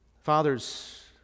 Fathers